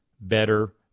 better